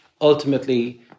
ultimately